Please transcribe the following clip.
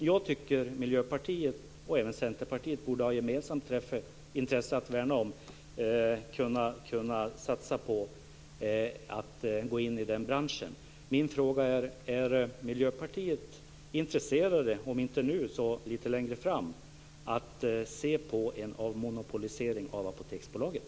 Jag tycker att Miljöpartiet och Centerpartiet borde ha ett gemensamt intresse att värna om och satsa på att gå in i den branschen. Är Miljöpartiet intresserat, om inte nu så längre fram, att se på en avmonopolisering av Apoteksbolaget?